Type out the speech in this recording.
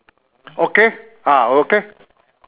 okay ah okay